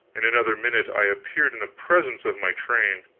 in another minute i appeared in the presence of my train.